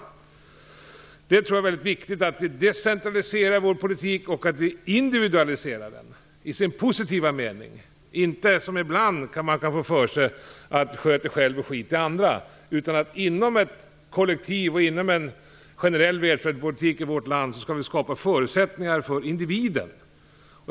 Jag tror att det är väldigt viktigt att vi decentraliserar vår politik och att vi individualiserar den i ordets positiva bemärkelse. Ibland kan man få för sig att individualisering betyder: Sköt dig själv och skit i andra. Nej, inom ett kollektiv och inom ramen för en generell välfärdspolitik skall vi skapa förutsättningar för individen.